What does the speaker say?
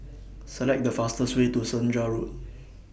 Select The fastest Way to Senja Road